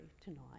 tonight